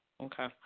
Okay